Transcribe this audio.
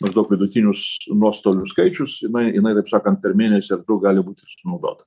maždaug vidutinius nuostolių skaičius jinai jinai taip sakant per mėnesį gali būti sunaudota